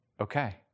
okay